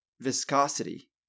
viscosity